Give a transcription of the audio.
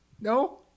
No